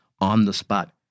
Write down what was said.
on-the-spot